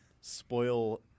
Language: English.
spoil